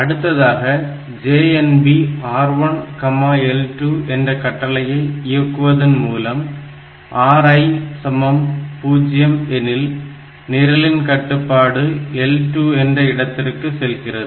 அடுத்ததாக JNB RIL2 என்ற கட்டளையை இயக்குவதன் மூலம் RI 0 எனில் நிரலின் கட்டுப்பாடு L2 என்ற இடத்திற்கு செல்கிறது